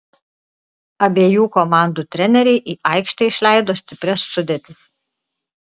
abiejų komandų treneriai į aikštę išleido stiprias sudėtis